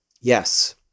Yes